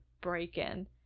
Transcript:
break-in